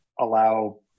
allow